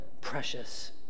precious